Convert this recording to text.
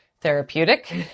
therapeutic